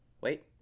Wait